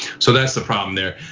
so that's the problem there.